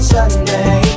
Sunday